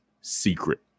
secret